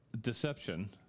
Deception